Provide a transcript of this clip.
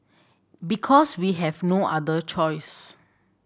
because we have no other choice